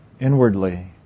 inwardly